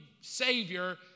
savior